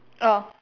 oh